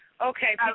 Okay